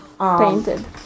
Painted